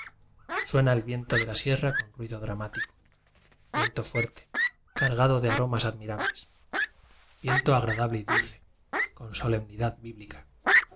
suena el viento de la sierra con ruido dramático viento fuerte cargado de arobiblioteca nacional de españa nías admirables viento agradable y dulce con solemnidad bíblica